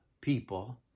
people